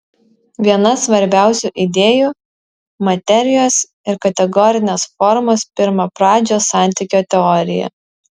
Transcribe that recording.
viena svarbiausių idėjų materijos ir kategorinės formos pirmapradžio santykio teorija